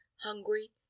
hungry